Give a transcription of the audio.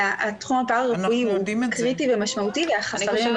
אלא התחום הפרה-רפואי הוא קריטי ומשמעותי והחסרים הם עצומים.